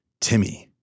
Timmy